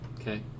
Okay